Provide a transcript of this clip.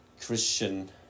Christian